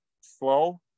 slow